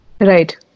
Right